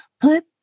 Put